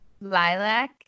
Lilac